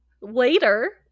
later